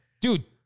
dude